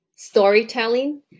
storytelling